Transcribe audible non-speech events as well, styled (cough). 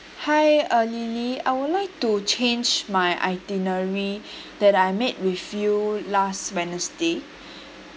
hi uh lily I would like to change my itinerary (breath) that I made with you last wednesday (breath)